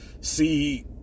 see